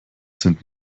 sind